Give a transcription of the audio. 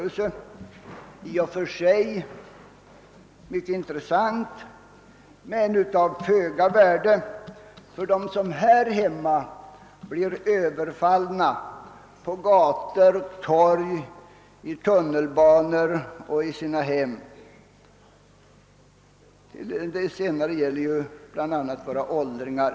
Den är i och för sig mycket intressant men av föga värde för dem som här hemma blir överfallna på gator, på torg, i tunnelbanor och i sina hem. Det senare gäller ju bl.a. våra åldringar.